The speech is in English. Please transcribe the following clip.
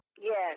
Yes